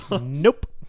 Nope